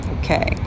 Okay